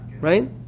Right